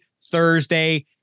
Thursday